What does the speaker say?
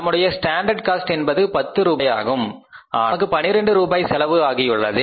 நம்முடைய standard cost என்பது பத்து ரூபாய் ஆனால் நமக்கு 12 ரூபாய் செலவு ஆகியுள்ளது